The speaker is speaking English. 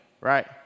right